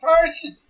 person